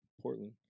Portland